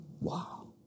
Wow